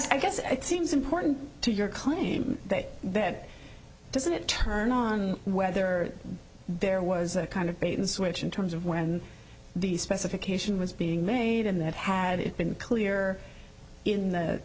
i guess it seems important to your claim that then doesn't it turn on whether there was a kind of bait and switch in terms of when the specification was being made and that had it been clear in the